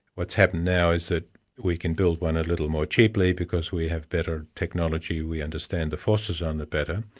what's happened now is that we can build one a little more cheaply because we have better technology, we understand the forces on it better.